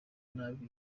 nabi